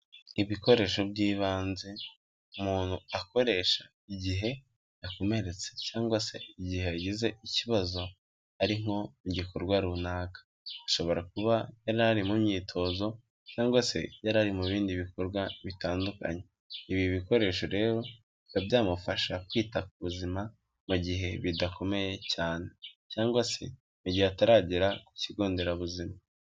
Ibikoresho by'ibanze umuntu akoresha igihe yakomeretse cyangwa se igihe yagize ikibazo ari nko mugikorwa runaka , ashobora kuba yarari mu myitozo ,cyangwa se yari mu bindi bikorwa bitandukanye .Ibi bikoresho rero biba byamufasha kwita ku buzima mu gihe bidakomeye cyane, cyangwa se gihe ataragera ku kigo nderabuzima